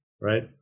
Right